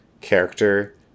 character